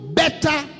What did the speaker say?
better